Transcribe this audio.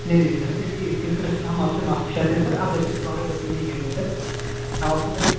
नहीं नहीं सर इसकी इसकी तरफ से हम आपसे माफ़ी चाहते हैं सर अब ऐसे दोबारा गलती नहीं करेंगे सर अब आपके तरफ